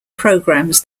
programs